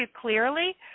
clearly